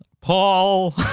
Paul